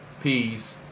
peace